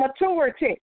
maturity